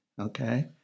okay